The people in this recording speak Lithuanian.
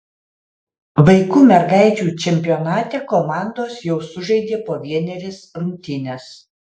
vaikų mergaičių čempionate komandos jau sužaidė po vienerias rungtynes